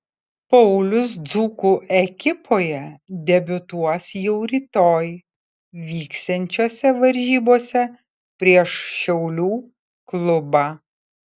paulius dzūkų ekipoje debiutuos jau rytoj vyksiančiose varžybose prieš šiaulių klubą